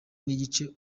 n’igice